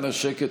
אנא שקט,